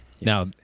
Now